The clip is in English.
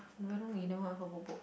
very long you never ask for